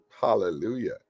Hallelujah